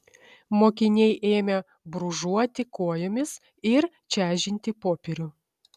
mokiniai ėmė brūžuoti kojomis ir čežinti popierių